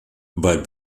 bei